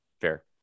Fair